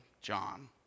John